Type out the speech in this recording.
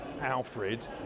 Alfred